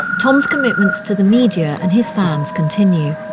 tom's commitments to the media and his fans continue.